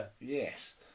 yes